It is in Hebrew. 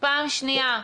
פעם שנייה,